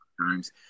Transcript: times